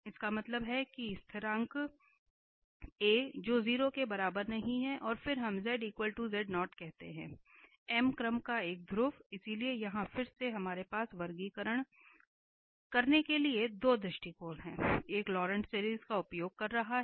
इसका मतलब है कि स्थिरांक A जो 0 के बराबर नहीं है और फिर हम कहते हैं m क्रम का एक ध्रुव इसलिए यहां फिर से हमारे पास वर्गीकृत करने के लिए दो दृष्टिकोण हैं एक लॉरेंट श्रृंखला का उपयोग कर रहा है